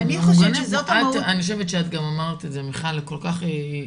אני חושבת שגם אמרת את זה כל-כך מדויק.